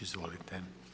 Izvolite.